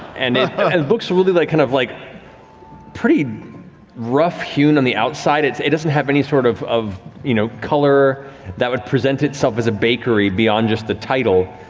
and it looks really like kind of like pretty rough-hewn on the outside, it doesn't have any sort of of you know color that would present itself as a bakery beyond just the title,